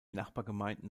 nachbargemeinden